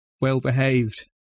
well-behaved